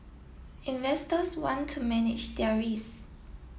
investors want to manage their risk